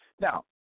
Now